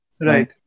Right